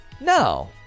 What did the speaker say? No